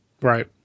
right